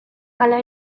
hala